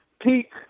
peak